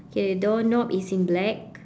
okay doorknob is in black